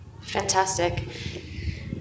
Fantastic